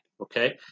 okay